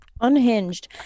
unhinged